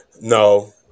No